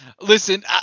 Listen